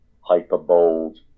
hyper-bold